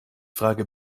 frage